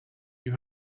you